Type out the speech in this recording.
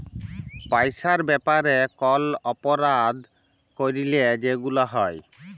পইসার ব্যাপারে কল অপরাধ ক্যইরলে যেগুলা হ্যয়